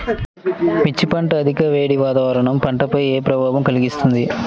మిర్చి పంట అధిక వేడి వాతావరణం పంటపై ఏ ప్రభావం కలిగిస్తుంది?